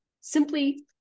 simply